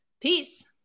Peace